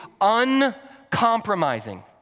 uncompromising